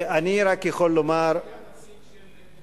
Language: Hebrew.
אני רק יכול לומר, למה לא היה נציג של מדינת